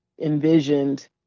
envisioned